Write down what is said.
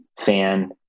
fan